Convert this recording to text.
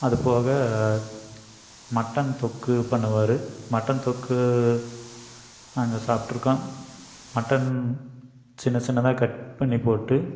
அதுபோக மட்டன் தொக்கு பண்ணுவார் மட்டன் தொக்கு நாங்கள் சாப்பிட்ருக்கோம் மட்டன் சின்ன சின்னதாக கட் பண்ணி போட்டு